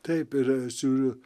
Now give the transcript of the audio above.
taip ir aš žiūriu